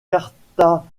carthaginois